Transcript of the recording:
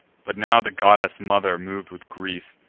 but now the goddess mother, mov'd with grief,